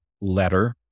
letter